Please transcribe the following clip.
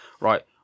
Right